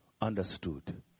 understood